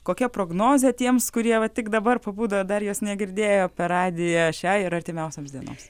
kokia prognozė tiems kurie va tik dabar pabudo dar jos negirdėjo per radiją šią ir artimiausiomis dienoms